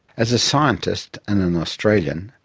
as a scientist, and an australian,